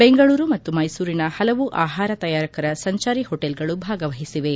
ಬೆಂಗಳೂರು ಮತ್ತು ಮೈಸೂರಿನ ಹಲವು ಆಹಾರ ತಯಾರಕರ ಸಂಚಾರಿ ಹೋಟೆಲ್ಗಳು ಭಾಗವಹಿಸಿವೆ